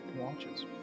watches